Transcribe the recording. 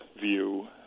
view